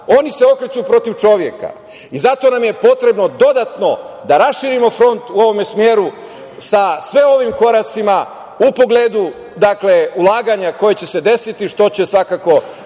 oni se okreću protiv čoveka. Zato nam je potrebno dodatno da raširimo front u ovom smeru sa sve ovim koracima u pogledu ulaganja koje će se desiti što će, svakako,